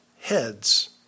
heads